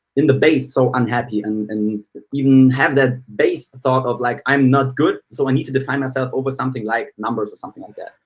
in the base, so unhappy, and and even have that base thought of like, i'm not good, so i need to define myself over something like numbers or something like that.